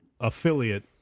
affiliate